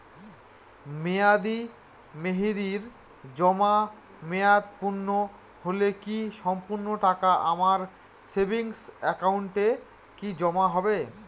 মেয়াদী মেহেদির জমা মেয়াদ পূর্ণ হলে কি সম্পূর্ণ টাকা আমার সেভিংস একাউন্টে কি জমা হবে?